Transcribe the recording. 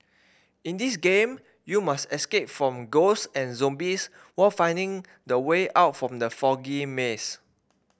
in this game you must escape from ghost and zombies while finding the way out from the foggy maze